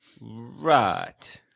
Right